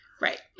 Right